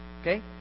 Okay